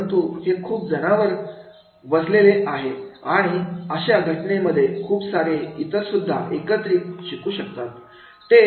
परंतु हे खूप जणांबरोबर बसलेले आहे आणि अशा घटनेमध्ये खूप सारे इतर सुद्धा एकत्रितपणे शिकू शकतात